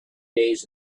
days